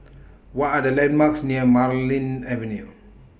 What Are The landmarks near Marlene Avenue